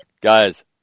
guys